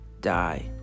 die